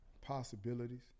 possibilities